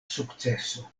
sukceso